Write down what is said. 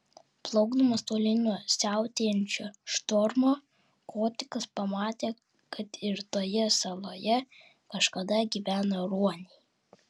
plaukdamas tolyn nuo siautėjančio štormo kotikas pamatė kad ir toje saloje kažkada gyveno ruoniai